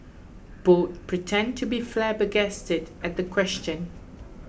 both pretend to be flabbergasted at the question